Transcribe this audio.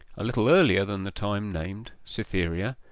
a little earlier than the time named, cytherea,